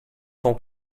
sont